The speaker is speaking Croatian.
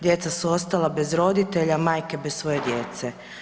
Djeca su ostala bez roditelja, majke bez svoje djece.